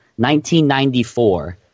1994